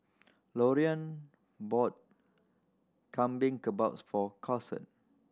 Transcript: Lorean bought Lamb Kebabs for Karson